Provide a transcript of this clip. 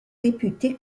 réputé